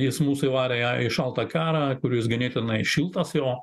jis mūsų įvarė į ją į šaltą karą kur jūs ganėtinai šiltas jo